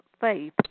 faith